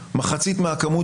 מחצית מהכמות